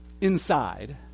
inside